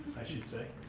i should say.